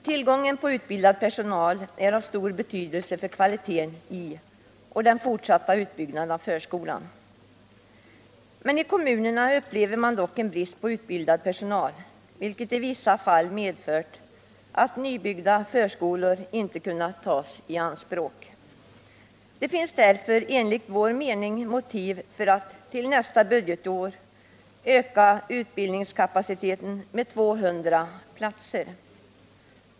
Tillgången på utbildad personal är av stor betydelse för kvaliteten i och den fortsatta utbyggnaden av förskolan. I kommunerna upplever man dock en brist på utbildad personal, vilket i vissa fall medfört att nybyggda förskolor inte kunnat tas i anspråk. Det finns därför enligt vår mening motiv för att till nästa budgetår öka utbildningskapaciteten med 200 platser.